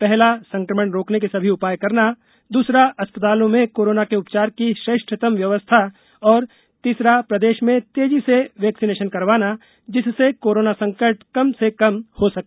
पहला संक्रमण रोकने के सभी उपाय करना द्रसरा अस्पतालों में कोरोना के उपचार की श्रेष्ठतम व्यवस्था और तीसरा प्रदेश में तेजी से वैक्सीनेशन करवाना जिससे कोरोना का संकट कम से कम हो सके